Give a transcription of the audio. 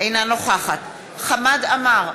אינה נוכחת חמד עמאר,